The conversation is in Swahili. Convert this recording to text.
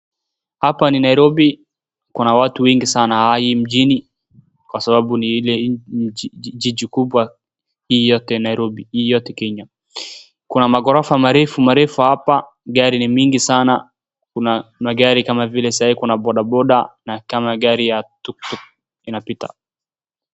Hapa ni Nairobi kuna watu wengi sana hii mjini kwa sababu ni ile jiji kubwa hii yote kenya kuna magorofa marefu marefu hapa gari ni mingi sana kuna magari kama vile sahi kuna bodaboda na kama gari ya tuktuk inapita .